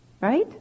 right